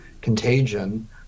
contagion